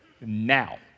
Now